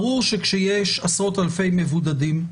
ברור שכאשר יש עשרות אלפי מבודדים,